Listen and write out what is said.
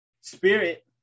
spirit